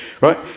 right